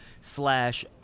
slash